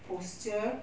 posture